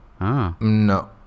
No